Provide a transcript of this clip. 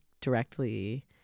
directly